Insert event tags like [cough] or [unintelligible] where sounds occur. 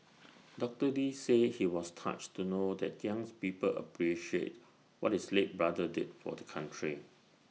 doctor lee said he was touched to know that young [unintelligible] people appreciate what his late brother did for the country